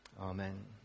amen